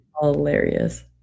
Hilarious